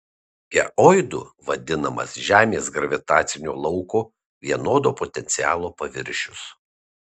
geoidu vadinamas žemės gravitacinio lauko vienodo potencialo paviršius